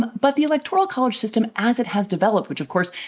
but the electoral college system, as it has developed, which of course,